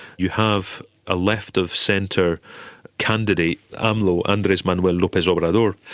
you have a left-of-centre candidate, amlo, andres manuel lopez obrador,